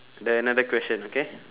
then another question okay